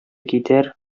китәр